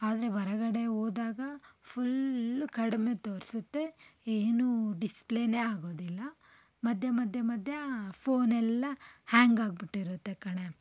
ಆದರೆ ಹೊರಗಡೆ ಹೋದಾಗ ಫ಼ುಲ್ ಕಡಿಮೆ ತೋರಿಸುತ್ತೆ ಏನು ಡಿಸ್ಪ್ಲೇನೇ ಆಗೋದಿಲ್ಲ ಮಧ್ಯ ಮಧ್ಯೆ ಮಧ್ಯ ಫ಼ೋನೆಲ್ಲ ಹ್ಯಾಂಗಾಗ್ಬಿಟ್ಟಿರುತ್ತೆ ಕಣೆ